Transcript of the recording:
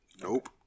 Nope